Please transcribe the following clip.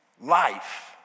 life